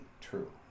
true